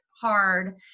hard